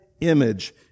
image